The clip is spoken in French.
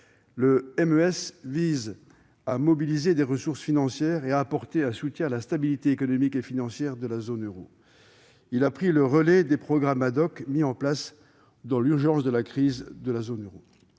Le MES vise à mobiliser des ressources financières et à apporter un soutien à la stabilité économique et financière de la zone euro. Il a pris le relais des programmes mis en place dans l'urgence lors de la crise de la zone euro.